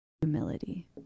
humility